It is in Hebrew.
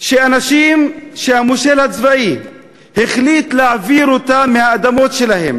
שאנשים שהמושל הצבאי החליט להעביר אותם מהאדמות שלהם,